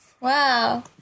Wow